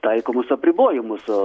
taikomus apribojimus o